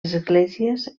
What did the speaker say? esglésies